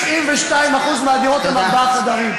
אף שיש לנו ויכוח עם ראשי הרשויות,